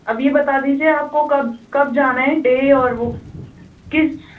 اب یہ بتا دیجیے آپ کو کب کب جانا ہے ڈے اور وہ کس